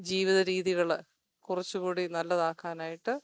ജീവിത രീതികൾ കുറച്ചുകൂടി നല്ലതാക്കാനായിട്ട്